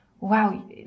wow